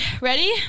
ready